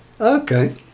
Okay